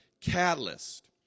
Catalyst